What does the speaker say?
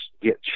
get